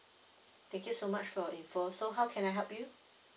thank you so much for your info so how can I help you